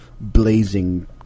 blazing